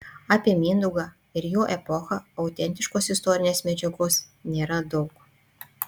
apie mindaugą ir jo epochą autentiškos istorinės medžiagos nėra daug